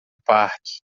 parque